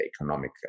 economic